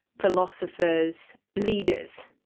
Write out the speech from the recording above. philosophers, leaders,